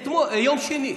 ביום שני,